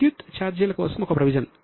విద్యుత్ ఛార్జీల కోసం ఒక ప్రొవిజన్